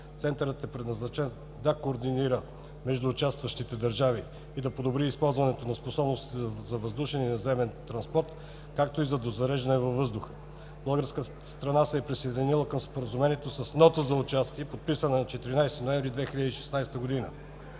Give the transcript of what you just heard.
Центърът е предназначен да координира между участващите държави и да подобри използването на способностите за въздушен и наземен транспорт, както и за дозареждане във въздуха. Българската страна се е присъединила към Споразумението с Нота за участие, подписана на 14 ноември 2016 г.